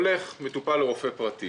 זה שהולך מטופל לרופא פרטי